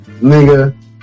Nigga